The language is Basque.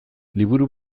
liburu